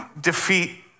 defeat